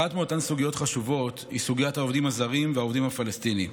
אחת מאותן סוגיות חשובות היא סוגיית העובדים הזרים והעובדים הפלסטינים.